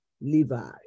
Levi